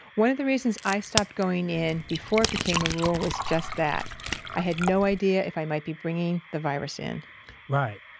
one of the reasons i stopped going in before it became a rule was just that i had no idea if i might be bringing the virus in right.